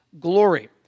glory